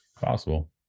possible